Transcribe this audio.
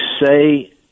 say